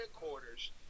headquarters